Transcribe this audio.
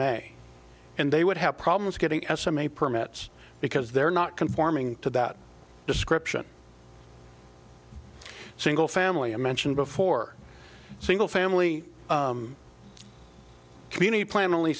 may and they would have problems getting s m a permits because they're not conforming to that description single family i mentioned before single family community plan only